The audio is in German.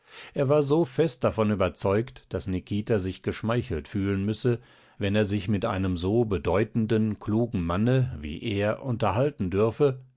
er war so fest davon überzeugt daß nikita sich geschmeichelt fühlen müsse wenn er sich mit einem so bedeutenden klugen manne wie er unterhalten dürfe